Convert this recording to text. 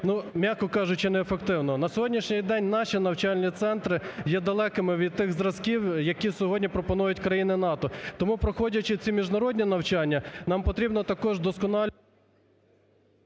м'яко кажучи, неефективно. На сьогоднішній день наші навчальні центри є далекими від тих зразків, які сьогодні пропонують країни НАТО. Тому, проходячи ці міжнародні навчання, нам потрібно також… ГОЛОВУЮЧИЙ.